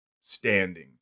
standing